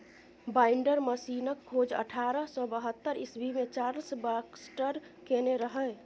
binder मशीनक खोज अठारह सय बहत्तर इस्बी मे चार्ल्स बाक्सटर केने रहय